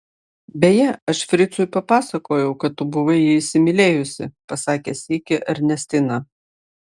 beje aš fricui papasakojau kad tu buvai jį įsimylėjusi pasakė sykį ernestina